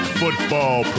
football